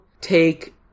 take